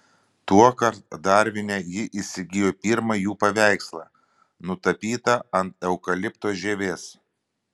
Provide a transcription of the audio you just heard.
tuokart darvine ji įsigijo pirmą jų paveikslą nutapytą ant eukalipto žievės